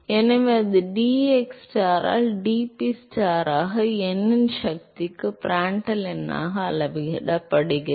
எனவே அது dxstar ஆல் dPstar ஆக n இன் சக்திக்கு Prandtl எண்ணாக அளவிடப்படுகிறது